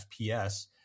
FPS